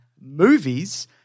movies